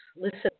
Listen